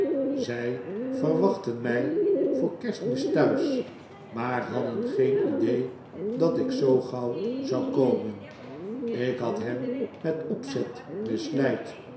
zij verwachtten mij voor kerstmis thuis maar hadden geen idee dat ik zoo gauw zou komen ik had hen met opzet misleid